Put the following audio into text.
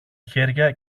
χέρια